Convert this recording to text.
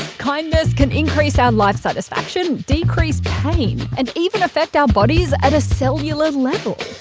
kindness can increase our life satisfaction, decrease pain, and even affect our bodies at a cellular level.